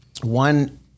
one